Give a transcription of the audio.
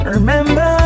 Remember